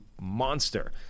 monster